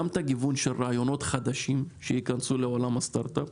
גם את הגיוון של רעיונות חדשים שייכנסו לעולם הסטארט-אפ,